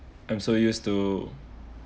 I'm so used to